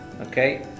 Okay